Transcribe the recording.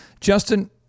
Justin